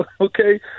okay